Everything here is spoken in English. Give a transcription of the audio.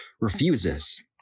refuses